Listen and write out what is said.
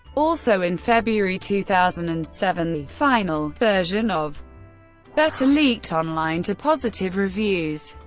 also in february two thousand and seven, the final version of better leaked online to positive reviews.